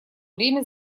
время